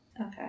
Okay